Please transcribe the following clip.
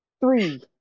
three